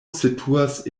situas